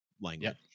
language